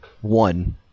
one